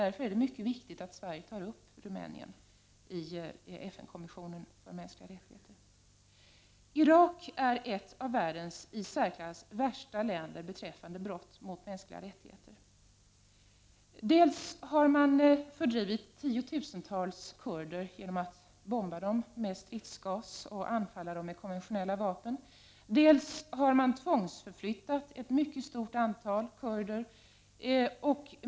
Därför är det mycket viktigt att Sverige tar upp Rumänien i FN-kommissionen för mänskliga rättigheter. Irak är ett av världens i särklass värsta länder när det gäller brott mot mänskliga rättigheter. Dels har man fördrivit tiotusentals kurder genom att bomba dem med stridsgas och anfalla dem med konventionella vapen, dels har man tvångsförflyttat ett mycket stort antal av dem.